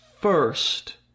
first